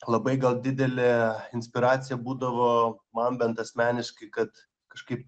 labai gal didelė inspiracija būdavo man bent asmeniškai kad kažkaip